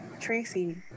Tracy